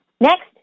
Next